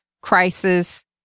Crisis